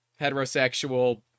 heterosexual